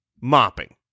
mopping